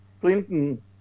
Clinton